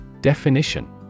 Definition